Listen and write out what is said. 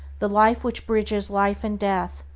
the life which bridges life and death,